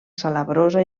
salabrosa